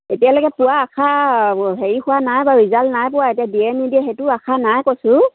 এতিয়ালৈকে পোৱা আশা হেৰি হোৱা নাই বাৰু ৰিজাল্ট নাই পোৱা এতিয়া দিয়ে নিদিয়ে সেইটো আশা নাই কৈছোঁ